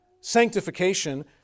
sanctification